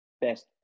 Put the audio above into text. best